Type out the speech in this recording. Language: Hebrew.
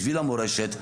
בשביל המורשת.